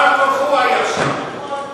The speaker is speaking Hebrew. בעל-כורחו הוא היה שם.